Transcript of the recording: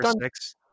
six